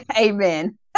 amen